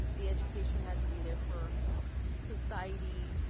the education had to be there for society,